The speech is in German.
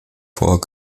vor